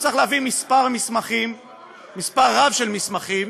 צריך להביא מספר רב של מסמכים,